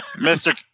Mr